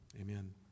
amen